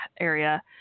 area